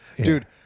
Dude